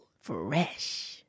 Fresh